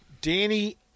Danny